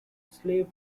slave